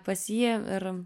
pas jį ir